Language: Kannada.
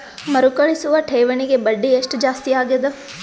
ಮರುಕಳಿಸುವ ಠೇವಣಿಗೆ ಬಡ್ಡಿ ಎಷ್ಟ ಜಾಸ್ತಿ ಆಗೆದ?